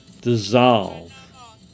dissolve